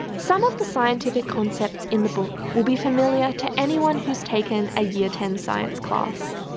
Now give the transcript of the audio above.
some of the scientific concepts in the book will be familiar to anyone who's taken a year ten science class.